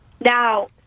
Now